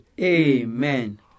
Amen